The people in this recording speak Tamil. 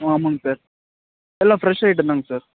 ஆமாங்க சார் எல்லாம் ஃபிரெஷ் ஐட்டம்தாங்க சார்